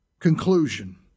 Conclusion